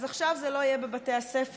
אז עכשיו זה לא יהיה בבתי הספר.